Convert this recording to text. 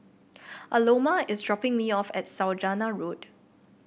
Aloma is dropping me off at Saujana Road